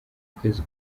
kwezi